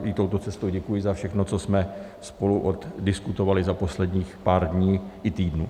I touto cestou děkuji za všechno, co jsme spolu oddiskutovali za posledních pár dní i týdnů.